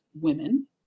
women